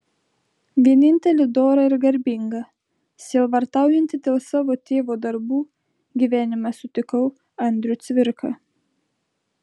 vienintelį dorą ir garbingą sielvartaujantį dėl savo tėvo darbų gyvenime sutikau andrių cvirką